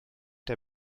der